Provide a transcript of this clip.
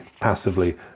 passively